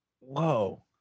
Whoa